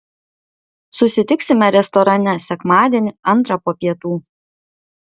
susitiksime restorane sekmadienį antrą po pietų